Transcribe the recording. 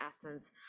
essence